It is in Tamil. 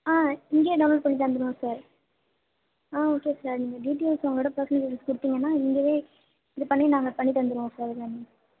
ஆ இங்கேயே டவுன்லோட் பண்ணி தந்துடுவோம் சார் ஆ ஓகே சார் நீங்கள் டீடெய்ல்ஸ் உங்களோட பெர்ஸ்னல் டீடெய்ல்ஸ் கொடுத்திங்கனா இங்கேவே இது பண்ணி நாங்கள் பண்ணி தந்துடுவோம் சார் எல்லாமே